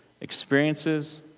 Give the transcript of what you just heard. experiences